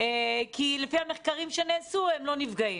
כי לפי המחקרים שנעשו, הם לא נפגעים.